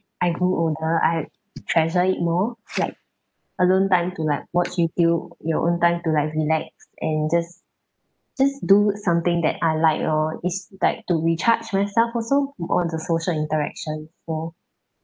I grew older I treasure it more like alone time to like watch YouTube your own time to like relax and just just do something that I like lor it's like to recharge myself also from all the social interaction before